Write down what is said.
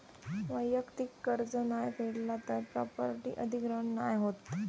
वैयक्तिक कर्ज नाय फेडला तर प्रॉपर्टी अधिग्रहण नाय होत